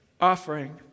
offering